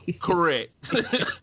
Correct